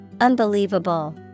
Unbelievable